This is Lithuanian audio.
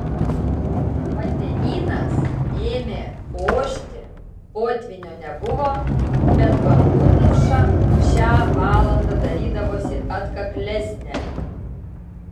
vandenynas ėmė ošti potvynio nebuvo bet bangų mūša šią valandą darydavosi atkaklesnė